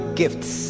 gifts